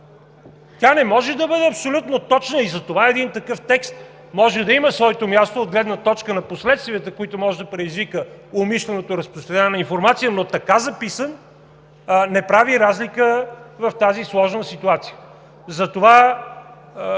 Тя не може да бъде абсолютно точна и затова един такъв текст може да има своето място от гледна точка на последствията, които може да предизвика умишленото разпространяване на информация, но така записан не прави разлика в тази сложна ситуация. Затова,